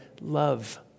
love